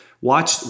watch